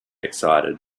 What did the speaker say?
excited